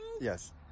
Yes